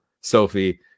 sophie